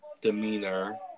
demeanor